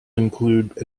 include